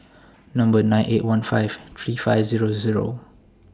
Number nine eight one five three five Zero Zero